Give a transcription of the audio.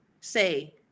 say